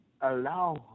allow